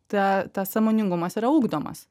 ta tas sąmoningumas yra ugdomas